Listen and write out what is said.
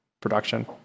production